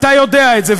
אתה יודע את זה.